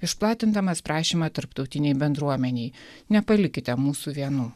išplatindamas prašymą tarptautinei bendruomenei nepalikite mūsų vienų